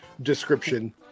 description